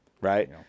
Right